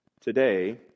Today